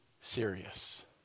serious